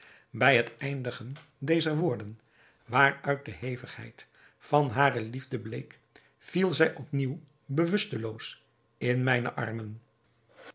bij het eindigen dezer woorden waaruit de hevigheid van hare liefde bleek viel zij op nieuw bewusteloos in mijne armen